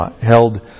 held